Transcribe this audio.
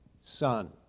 son